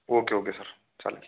okay okay sir चालेल